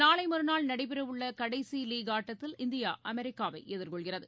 நாளைமறுநாள் நடைபெறவுள்ளகடைசிலீக் ஆட்டத்தில் இந்தியா அமெரிக்காவைஎதிர்கொள்கிறது